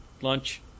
Lunch